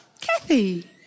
Kathy